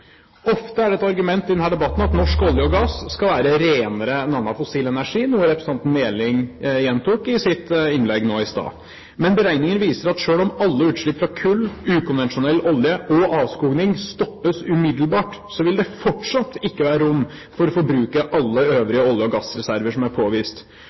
Ofte er det et argument i denne debatten at norsk olje og gass skal være renere enn annen fossil energi, noe representanten Meling gjentok i sitt innlegg nå i stad. Men beregninger viser at selv om alle utslipp fra kull, ukonvensjonell olje og avskoging stoppes umiddelbart, vil det fortsatt ikke være rom for å forbruke alle øvrige olje- og gassreserver som er påvist.